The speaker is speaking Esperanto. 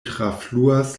trafluas